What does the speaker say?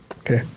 Okay